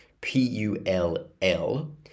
P-U-L-L